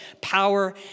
power